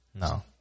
no